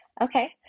Okay